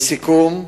לסיכום,